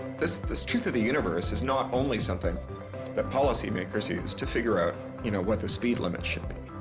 this this truth of the universe is not only something that policy makers use to figure out. you know, what the speed limit should